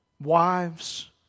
wives